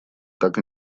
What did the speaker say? так